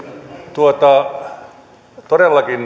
on todellakin